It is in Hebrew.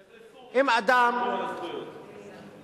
לך לסוריה בשביל לשמור על הזכויות.